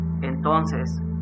entonces